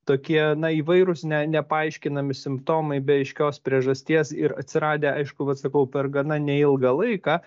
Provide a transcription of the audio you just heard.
tokie na įvairūs ne nepaaiškinami simptomai be aiškios priežasties ir atsiradę aišku vat sakau per gana neilgą laiką